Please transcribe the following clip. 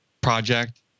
project